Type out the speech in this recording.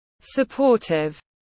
supportive